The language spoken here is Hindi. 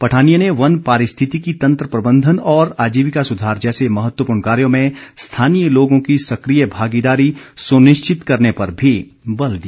पठानिया ने वन पारिस्थितिकी तंत्र प्रबंधन और आजीविका सुधार जैसे महत्वपूर्ण कार्यों में स्थानीय लोगों की सक्रिय भागीदारी सुनिश्चित करने पर भी बल दिया